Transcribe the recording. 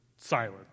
silent